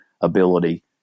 ability